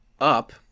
up